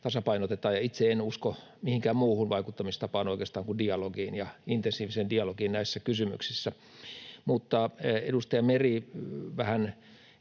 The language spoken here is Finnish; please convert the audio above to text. tasapainotetaan. Itse en usko oikeastaan mihinkään muuhun vaikuttamistapaan kuin intensiiviseen dialogiin näissä kysymyksissä. Edustaja Meri jopa